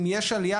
אם יש עלייה,